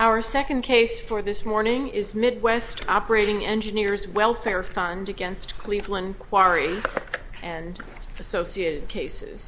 our second case for this morning is midwest operating engineers welfare fund against cleveland quarry and associated cases